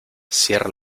cierra